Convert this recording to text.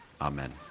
Amen